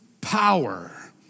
power